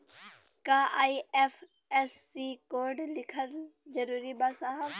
का IFSC code लिखल जरूरी बा साहब?